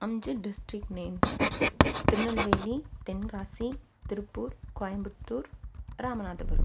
அஞ்சு district names Tirunelveli Tenkasi Tiruppur Coimbatore Ramanathapuram